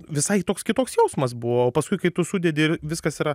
visai toks kitoks jausmas buvo o paskui kai tu sudedi viskas yra